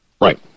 Right